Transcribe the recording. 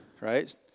right